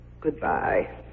Goodbye